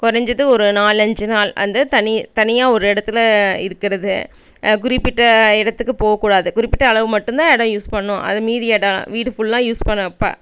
குறஞ்சது ஒரு நாலு அஞ்சு நாள் அந்த தனி தனியாக ஒரு இடத்துல இருக்கிறது குறிப்பிட்ட இடத்துக்கு போகக்கூடாது குறிப்பிட்ட அளவு மட்டும் தான் இடம் யூஸ் பண்ணும் அதை மீதி இடம் வீடு ஃபுல்லாக யூஸ் பண்ண ப